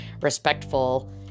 respectful